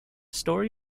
story